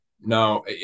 no